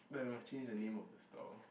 but you must change the name of the store